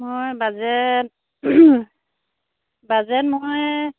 মই budget budget মই